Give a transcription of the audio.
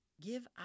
give